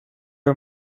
are